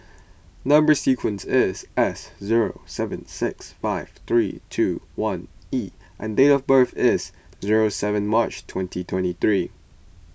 Number Sequence is S zero seven six five three two one E and date of birth is zero seven March twenty twenty three